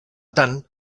tant